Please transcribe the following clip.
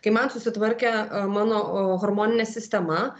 kai man susitvarkė mano hormoninė sistema